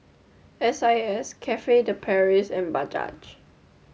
S I S Cafe de Paris and Bajaj